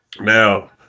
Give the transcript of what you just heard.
Now